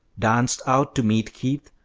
danced out to meet keith,